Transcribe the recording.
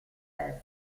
est